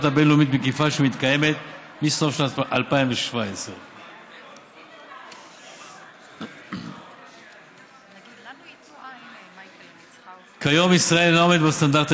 בין-לאומית מקיפה שמתקיימת בסוף שנת 2017. כיום ישראל אינה עומדת בסטנדרטים